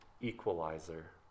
equalizer